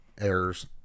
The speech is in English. errors